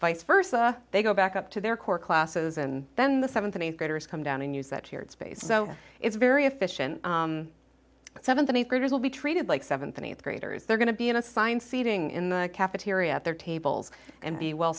vice versa they go back up to their core classes and then the seventh and eighth graders come down and use that shared space so it's very efficient seventh and eighth graders will be treated like seventh and eighth graders they're going to be in assigned seating in the cafeteria at their tables and be well